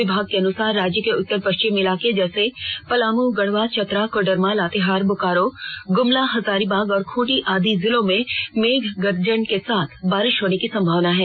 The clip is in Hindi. विभाग के अनुसार राज्य के उत्तर पश्चिम इलाके जैसे पलामू गढ़वा चतरा कोडरमा लातेहार बोकारो गुमला हजारीबाग और खूंटी आदि जिलों में मेघ गर्जन के साथ बारिश होने की संभावना है